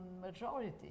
majority